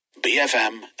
BFM